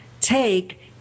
take